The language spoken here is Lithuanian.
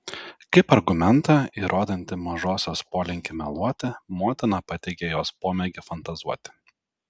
kaip argumentą įrodantį mažosios polinkį meluoti motina pateikė jos pomėgį fantazuoti